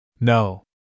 No